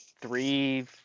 three –